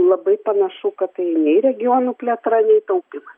labai panašu kad tai nei regionų plėtra bei taupyma